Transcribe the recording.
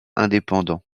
indépendants